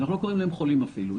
אנחנו לא קוראים להם חולים אפילו,